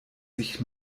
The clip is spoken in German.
sich